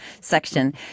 section